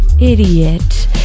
Idiot